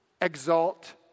exalt